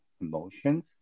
emotions